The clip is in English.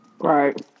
Right